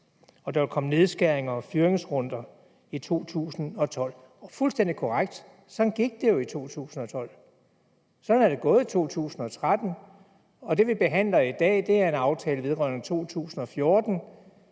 ville komme nedskæringer og fyringsrunder i 2012. Det er fuldstændig korrekt, sådan gik det jo i 2012. Sådan er det gået i 2013, og det, vi behandler i dag, er en aftale vedrørende 2014,